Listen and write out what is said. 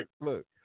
look